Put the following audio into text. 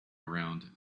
around